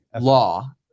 law